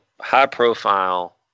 high-profile